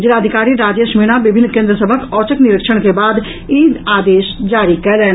जिलाधिकारी राजेश मीणा विभिन्न केंद्र सभक औचक निरीक्षण के बाद ई आदेश जारी कयलनि